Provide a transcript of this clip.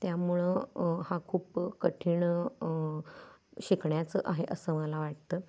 त्यामुळं हा खूप कठीण शिकण्याचं आहे असं मला वाटतं